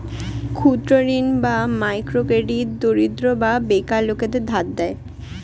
ক্ষুদ্র ঋণ বা মাইক্রো ক্রেডিট দরিদ্র বা বেকার লোকদের ধার দেয়